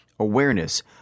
awareness